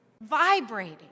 vibrating